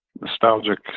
nostalgic